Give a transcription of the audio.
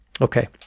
Okay